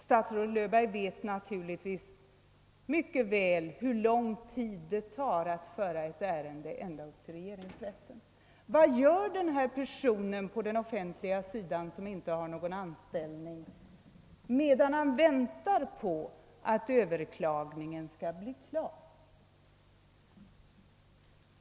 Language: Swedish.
Statsrådet Löfberg vet väl hur lång tid det tar att föra ett ärende ända upp till regeringsrätten. Vad gör denna person på den offentliga sidan som inte har någon anställning, medan han väntar på att överklagningen skall bli klar?